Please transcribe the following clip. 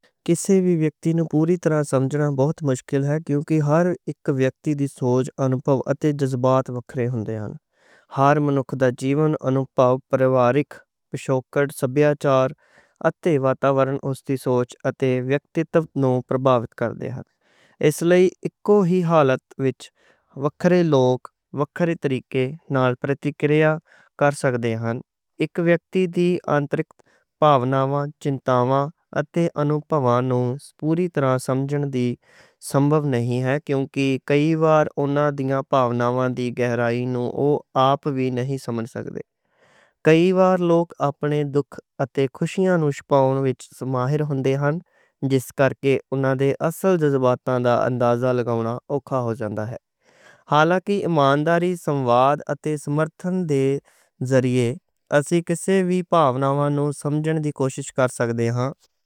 کِسے وی ویکتی نوں پوری طرح سمجھنا بہت مُشکل ہوندا کیونکہ ہر اک ویکتی دی سوچ، انُبھَو اتے جذبات وکھرے ہُندے ہن۔ ہر منُکھ دا جیون، انُبھَو، پریوارک پِچھوکڑ، سبھیاچار اتے واتاورن اُس دی سوچ اتے وِیکتِتو نوں پربھاوِت کر دے ہن۔ اس لئی ایکّو ہی حالت وچ وکھرے لوک وکھرے طریقے نال پرتیکریا کر سکدے ہن۔ ایک ویکتی دیاں اندرُونی پاونواں، چِنتاواں اتے انُبھواں نوں پوری طرح سمجھڻ دی سمبھَو نہیں ہے کیونکہ کئی وار اوہناں دیاں پاونواں دی گہرائی نوں اوہ آپ وی نہیں سمجھ سکدے۔ کئی وار لوک اپنے دکھ اتے خوشیاں نوں چھپاؤن وچ ماہر ہُندے ہن جس کرکے اوہناں دے اصل جذباتاں دا اندازہ لگاؤنا اوکھا ہو جاندا ہے۔ حالانکہ ایمان داری، سنواد اتے سمرتھن دے ذریعے، اسیں کِسے وی پاونواں نوں سمجھڻ دی کوشش کر سکدے ہاں۔